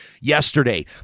yesterday